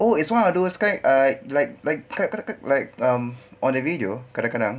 oh it's one of those kind I like like like um on the video kadang-kadang